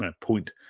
point